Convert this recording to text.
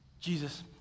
Jesus